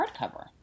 hardcover